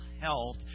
health